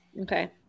Okay